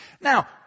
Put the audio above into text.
Now